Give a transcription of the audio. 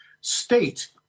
state